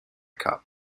cup